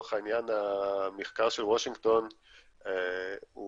לצורך העניין, המחקר של וושינגטון הוא